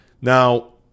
Now